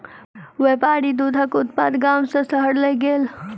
व्यापारी दूधक उत्पाद गाम सॅ शहर लय गेल